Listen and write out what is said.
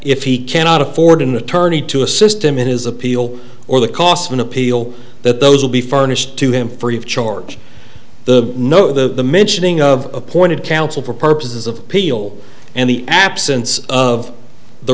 if he cannot afford an attorney to assist him in his appeal or the cost of an appeal that those will be furnished to him free of charge the no the mentioning of pointed counsel for purposes of appeal and the absence of the